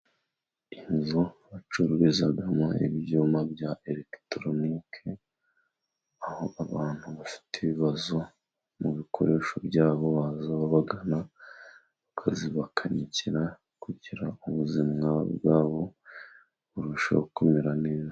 Inzu bacururizamo ibyuma bya elegitoronike, aho abantu bafite ibibazo mu bikoresho byabo bazaba bagana bakabibakanikira kugira ubuzima bwabo burushaho kumera neza.